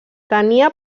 tenia